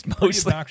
Mostly